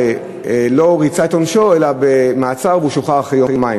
הוא לא ריצה את עונשו אלא היה במעצר ושוחרר אחרי יומיים.